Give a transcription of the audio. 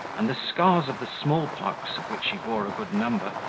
and the scars of the small-pox, of which he bore a good number,